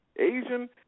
Asian